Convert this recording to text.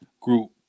group